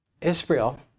Israel